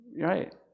Right